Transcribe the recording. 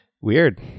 weird